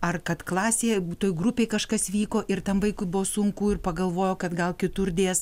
ar kad klasėje toj grupėj kažkas vyko ir tam vaikui buvo sunku ir pagalvojo kad gal kitur dės